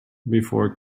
before